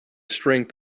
strength